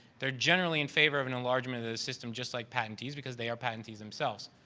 they're generally in favor of an enlargement of the system just like patentees because they are patentees themselves.